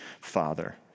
Father